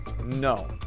No